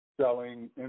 Selling